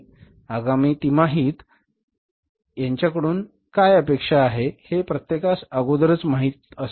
आगामी तिमाहीत त्यांच्याकडून काय अपेक्षित आहे हे प्रत्येकास अगोदरच माहिती आहे